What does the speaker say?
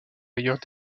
ailleurs